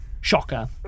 shocker